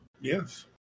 Yes